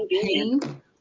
pain